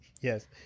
yes